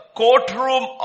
courtroom